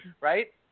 right